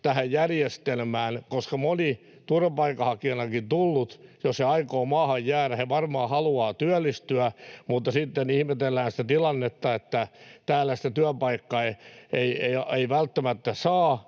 tähän järjestelmään, koska moni turvapaikanhakijanakin tullut, jos aikoo maahan jäädä, varmaan haluaa työllistyä, mutta sitten ihmetellään sitä tilannetta, että täällä sitä työpaikkaa ei välttämättä saa,